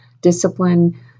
discipline